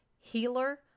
healer